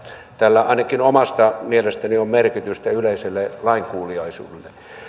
tällä ainakin omasta mielestäni on merkitystä yleiselle lainkuuliaisuudelle ja